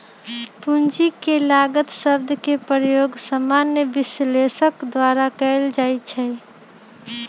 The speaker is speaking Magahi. पूंजी के लागत शब्द के प्रयोग सामान्य विश्लेषक द्वारा कएल जाइ छइ